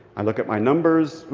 i look at my numbers. ooh,